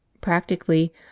Practically